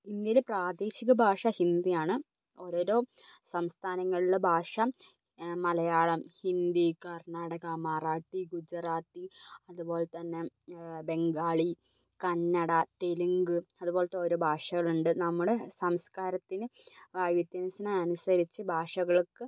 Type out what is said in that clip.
ഇന്ത്യയിലെ പ്രാദേശിക ഭാഷ ഹിന്ദിയാണ് ഓരോരോ സംസ്ഥാനങ്ങളിലെ ഭാഷ മലയാളം ഹിന്ദി കർണാടക മറാഠി ഗുജറാത്തി അതുപോലെത്തന്നെ ബംഗാളി കന്നഡ തെലുങ്ക് അതുപോലത്തെ ഓരോ ഭാഷകളുണ്ട് നമ്മൾ സംസ്കാരത്തിനും വൈവിധ്യത്തിനും അനുസരിച്ച് ഭാഷകൾക്ക്